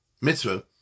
mitzvah